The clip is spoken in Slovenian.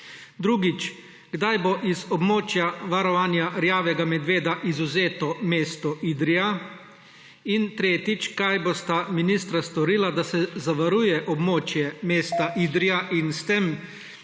strategijo? Kdaj bo z območja varovanja rjavega medveda izvzeto mesto Idrija? Kaj bosta ministra storila, da se zavaruje območje mesta Idrija in da